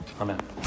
Amen